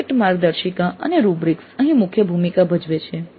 project માર્ગદર્શિકા અને rubrics અહીં મુખ્ય ભૂમિકા ભજવે છે